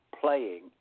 playing